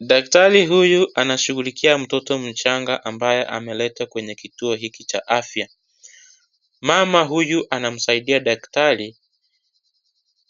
Daktari huyu anashugulikia mtoto mchanaga ambaye amelete kwenye kituo hiki cha afya, mama huyu anamsaidia daktari,